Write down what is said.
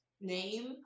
name